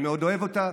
אני מאוד אוהב אותה,